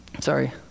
sorry